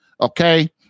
okay